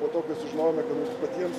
po to kai sužinojome kad mums patiems